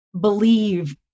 believe